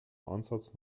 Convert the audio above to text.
ansatz